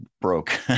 broke